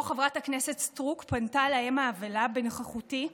חברת הכנסת סטרוק פנתה לאם האבלה בנוכחותי,